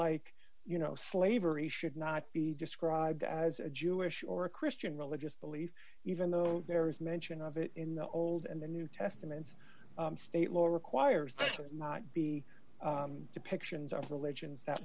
like you know slavery should not be described as a jewish or a christian religious belief even though there is mention of it in the old and the new testaments state law requires that not be depictions of religions that